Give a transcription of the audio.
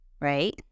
right